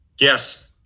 yes